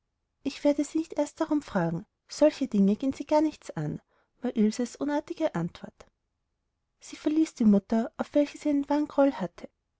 ich werde sie nicht erst darum fragen solche dinge gehen sie gar nichts an war ilses unartige antwort sie verließ die mutter auf welche sie einen wahren groll hatte